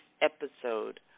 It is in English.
episode